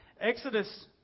Exodus